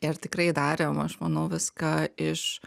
ir tikrai darėm aš manau viską iš